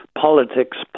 politics